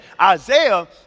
Isaiah